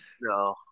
No